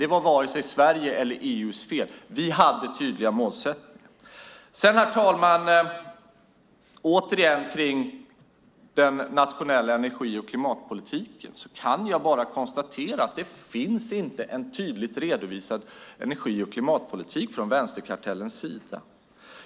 Det var varken Sveriges eller EU:s fel. Vi hade tydliga målsättningar. Herr talman! När det återigen gäller den nationella energi och klimatpolitiken kan jag bara konstatera att det inte finns en tydligt redovisad energi och klimatpolitik från vänsterkartellens sida.